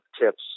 tips